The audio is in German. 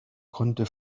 konnte